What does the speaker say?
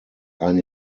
ein